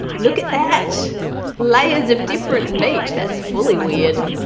look at that layers of different meat, that's fully weird.